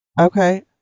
Okay